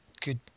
good